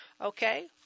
Okay